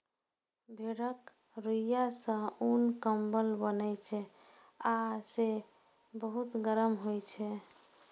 भेड़क रुइंया सं उन, कंबल बनै छै आ से बहुत गरम होइ छै